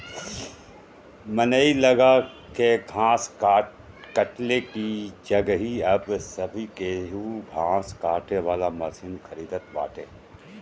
मनई लगा के घास कटले की जगही अब सभे केहू घास काटे वाला मशीन खरीदत बाटे